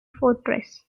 fortress